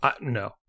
No